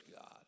God